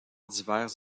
divers